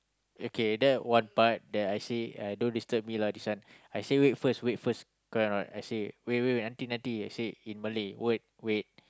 okay that one part that I say I don't disturb me lah this one I say wait first wait first correct or not I say wait wait wait nanti nanti in Malay wait wait